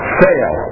fail